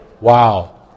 Wow